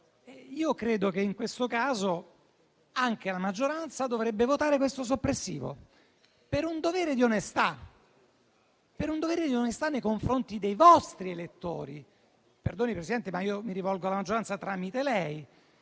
Credo che in questo caso anche la maggioranza dovrebbe votare questo emendamento soppressivo per un dovere di onestà nei confronti dei vostri elettori. Mi perdoni, Presidente, ma mi rivolgo alla maggioranza tramite lei.